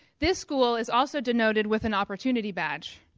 this school is also denoted with an opportunity badge.